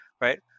right